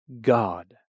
God